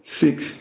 six